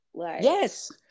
Yes